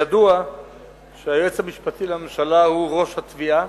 ידוע שהיועץ המשפטי לממשלה הוא ראש התביעה,